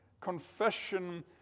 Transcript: confession